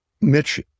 Mitch